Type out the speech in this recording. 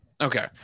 Okay